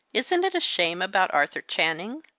isn't it a shame about arthur channing?